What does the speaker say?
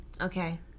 Okay